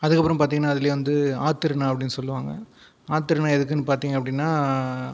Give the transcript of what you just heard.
அதுக்கு அப்புறம் பார்த்தீங்கனா அதுலேயே வந்து ஆத்திருநாள் அப்படின்னு சொல்வாங்க ஆத்திருநாள் எதுக்குனு பார்த்தீங்கனா